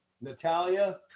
Natalia